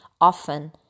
often